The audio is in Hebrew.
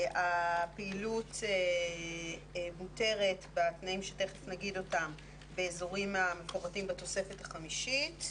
הפעילות מותרת בתנאים שתיכף נגיד אותם באזורים המפורטים בתוספת החמישית,